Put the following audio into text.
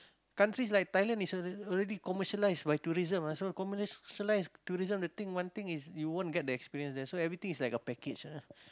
countries like Thailand is alre~ already commercialize by tourism ah so commercialize tourism the thing one thing is you won't get the experience that's why everything is like a package ah